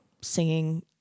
singing